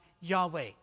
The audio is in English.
Yahweh